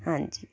हां जी